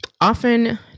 Often